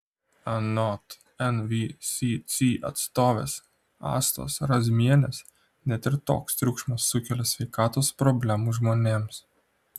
anot nvsc atstovės astos razmienės net ir toks triukšmas sukelia sveikatos problemų žmonėms